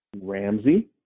Ramsey